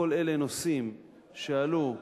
כל אלה נושאים שעלו,